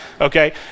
okay